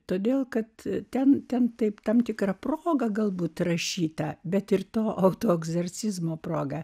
todėl kad ten ten taip tam tikra proga galbūt rašyta bet ir to akto egzorcizmo proga